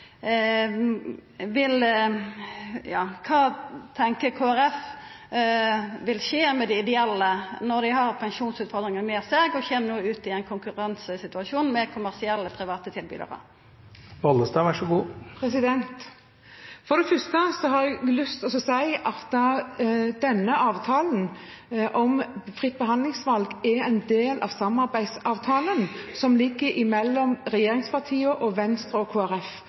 vil skje med dei ideelle når dei har pensjonsutfordringa med seg og no kjem ut i ein konkurransesituasjon med kommersielle, private tilbydarar? For det første har jeg lyst til å si at denne avtalen, om fritt behandlingsvalg, er en del av samarbeidsavtalen mellom regjeringspartiene, Venstre og